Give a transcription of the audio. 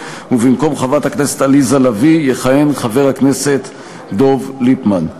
ובמקום חברת הכנסת עליזה לביא יכהן חבר הכנסת דב ליפמן,